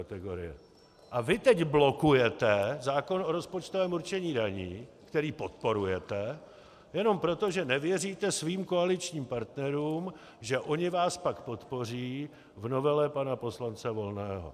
A vy teď blokujete zákon o rozpočtovém určení daní, který podporujete jenom proto, že nevěříte svým koaličním partnerům, že oni vás pak podpoří v novele pana poslance Volného.